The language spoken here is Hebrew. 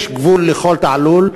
יש גבול לכל תעלול.